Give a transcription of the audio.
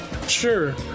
Sure